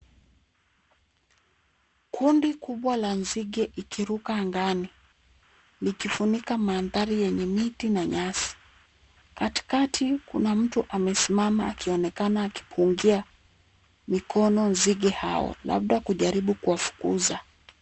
Kundi kubwa la nzige ikiruka angani, likifunika mandhari yenye miti ni nyasi. Katikati kuna mtu amesimama akionekana akipungia mikono nzige hao labda kujaribu kuwafukuza.